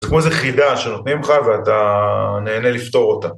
זה כמו איזה חידה שנותנים לך ואתה נהנה לפתור אותה.